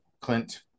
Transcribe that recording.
Clint